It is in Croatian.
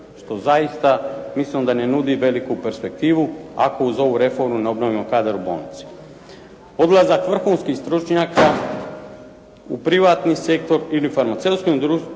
što zaista mislimo da ne nudi veliku perspektivu ako uz ovu reformu ne obnovimo kadar u bolnici. Odlazak vrhunskih stručnjaka u privatni sektor ili farmaceutsku